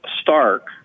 stark